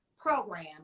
program